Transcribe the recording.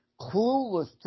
clueless